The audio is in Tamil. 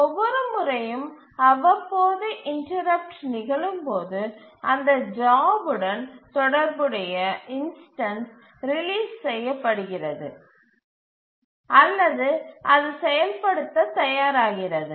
ஒவ்வொரு முறையும் அவ்வப்போது இன்டரப்ட்டு நிகழும்போது அந்த ஜாப் உடன் தொடர்புடைய இன்ஸ்டன்ஸ் ரிலீஸ் செய்ய படுகிறது அல்லது அது செயல்படுத்தத் தயாராகிறது